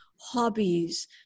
hobbies